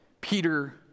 Peter